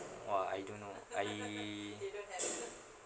!wah! I don't know I